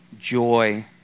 joy